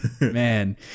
man